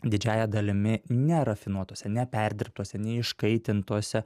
didžiąja dalimi nerafinuotuose neperdirbtuose neiškaitintuose